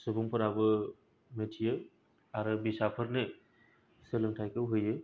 सुबुंफोराबो मिथियो आरो फिसाफोरनो सोलोंथाइखौ होयो